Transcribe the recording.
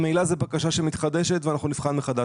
ממילא זה בקשה שמתחדשת ואנחנו נבחן מחדש.